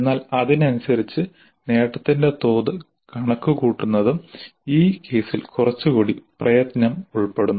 എന്നാൽ അതിനനുസരിച്ച് നേട്ടത്തിന്റെ തോത് കണക്കുകൂട്ടുന്നതും ഈ കേസിൽ കുറച്ചുകൂടി പ്രയത്നം ഉൾപ്പെടുന്നു